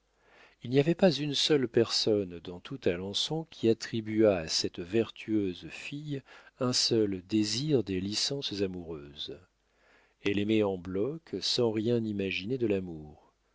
il n'y avait pas une seule personne dans tout alençon qui attribuât à cette vertueuse fille un seul désir des licences amoureuses elle aimait en bloc sans rien imaginer de l'amour